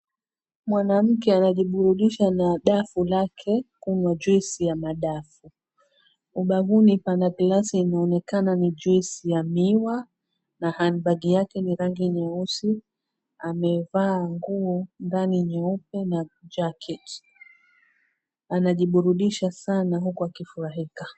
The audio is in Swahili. Mwanamke anajuburudisha na dafu lake kunywa juicy ya madafu ubavuni kuna juicy inayoonekana ni ya muwa na handbag yake inaonekana ina rangi nyeusi, amevaa nguo ndani nyeupe na jacket anajuburudisha sana huku akifurahika.